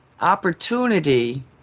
opportunity